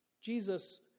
Jesus